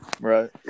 Right